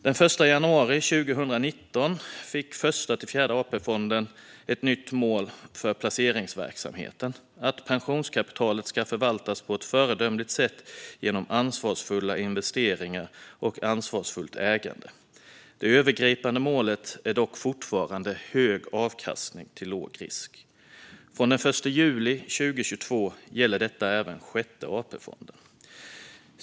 Den 1 januari 2019 fick Första-Fjärde AP-fonden ett nytt mål för placeringsverksamheten: att pensionskapitalet ska förvaltas på ett föredömligt sätt genom ansvarsfulla investeringar och ansvarsfullt ägande. Det övergripande målet är dock fortfarande hög avkastning till låg risk. Från den 1 juli 2022 gäller detta även Sjätte AP-fonden.